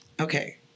Okay